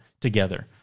together